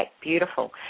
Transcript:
beautiful